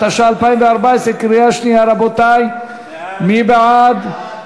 התשע"ה 2014, קריאה שנייה, רבותי, מי בעד?